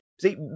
See